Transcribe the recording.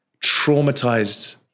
traumatized